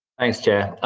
thanks, chair.